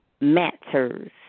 matters